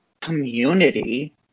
community